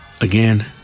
again